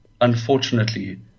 unfortunately